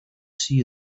see